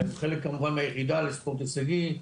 חלק כמובן מהירידה לספורט הישגי,